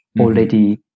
already